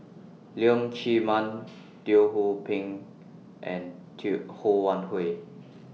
Leong Chee Mun Teo Ho Pin and Ho Wan Hui